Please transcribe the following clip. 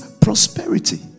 Prosperity